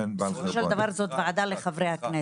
בסופו של דבר זו ועדה לחברי הכנסת.